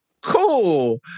cool